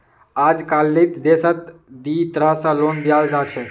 अजकालित देशत दी तरह स लोन दियाल जा छेक